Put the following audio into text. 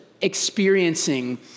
experiencing